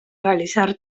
realizar